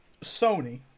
Sony